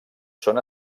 són